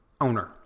owner